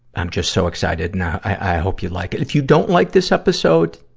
i'm just so excited now. i, i hope you like if you don't like this episode,